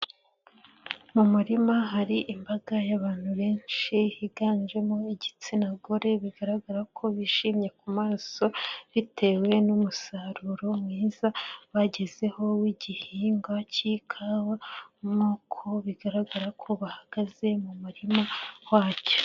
Mu murima hari imbaga y'abantu benshi, higanjemo igitsina gore bigaragara ko bishimye ku maso, bitewe n'umusaruro mwiza bagezeho w'igihingwa cy'ikawa nkuko bigaragara ko bahagaze mu murima wacyo.